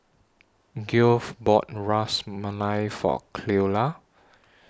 Geoff bought Ras Malai For Cleola